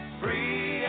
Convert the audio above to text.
free